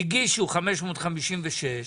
הגישו 556,